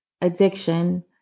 addiction